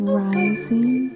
rising